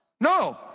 No